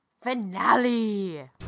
finale